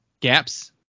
gaps